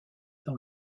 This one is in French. dans